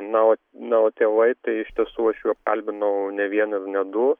na o na o tėvai tai iš tiesų aš jų apkalbinau ne vieną ir ne du